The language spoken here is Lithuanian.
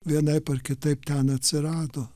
vienaip ar kitaip ten atsirado